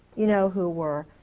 you know who were.